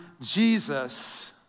Jesus